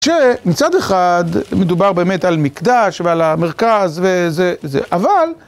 כשמצד אחד מדובר באמת על מקדש ועל המרכז וזה, זה, אבל...